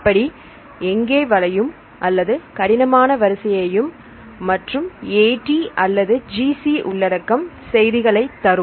இப்படி எங்கே வளையும் அல்லது கடினமான வரிசையும் மற்றும் AT அல்லது GC உள்ளடக்கம் செய்திகளை தரும்